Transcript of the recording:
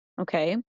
okay